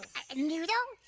a noodle?